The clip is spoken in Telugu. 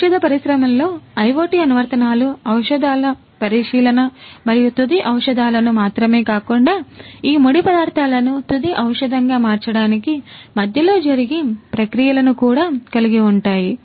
ఔషధ పరిశ్రమలో IoT అనువర్తనాలు ఔషధాల పరిశీలన మరియు తుది ఔషధాలను మాత్రమే కాకుండా ఈ ముడి పదార్థాలను తుది ఔషధంగా మార్చడానికి మధ్యలో జరిగే ప్రక్రియలను కూడా కలిగి ఉంటాయి